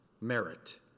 merit